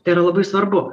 tai yra labai svarbu